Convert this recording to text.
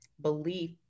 belief